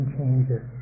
changes